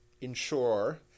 ensure